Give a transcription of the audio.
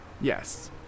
Yes